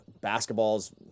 Basketball's